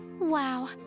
Wow